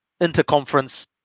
interconference